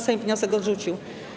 Sejm wniosek odrzucił.